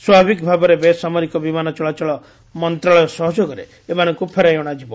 ସ୍ୱଭାବିକ ଭାବରେ ବେସାମରିକ ବିମାନ ଚଳାଚଳ ମନ୍ତ୍ରଣାଳୟ ସହଯୋଗରେ ଏମାନଙ୍କୁ ଫେରାଇ ଅଣାଯିବ